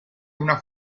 una